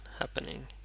happening